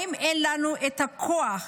האם אין לנו את הכוח